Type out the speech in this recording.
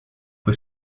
fue